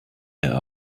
der